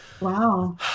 Wow